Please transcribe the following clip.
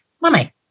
money